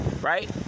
right